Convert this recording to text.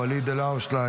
ואליד אלהואשלה,